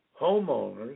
homeowners